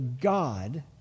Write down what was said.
God